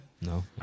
No